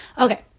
Okay